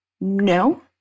No